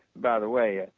by the way,